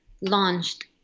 launched